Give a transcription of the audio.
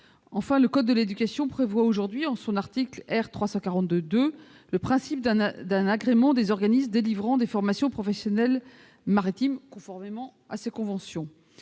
fin, le code de l'éducation prévoit aujourd'hui, en son article R. 342-2, le principe d'un agrément des organismes délivrant des formations professionnelles maritimes, conformément à ces conventions,